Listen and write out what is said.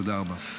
תודה רבה.